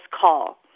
call